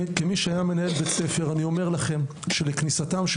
כמי שהיה מנהל בית ספר אני אומר לכם שלכניסתם של